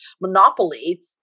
monopoly